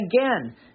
again